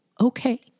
okay